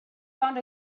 found